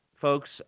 folks